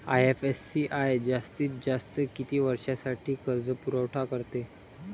IFCI जास्तीत जास्त किती वर्षासाठी कर्जपुरवठा करते?